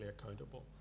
accountable